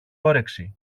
όρεξη